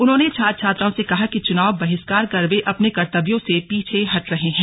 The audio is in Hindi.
उन्होंने छात्र छात्राओं से कहा कि चुनाव बहिष्कार कर वे अपने कर्तव्यों से पीछे हट रहे हैं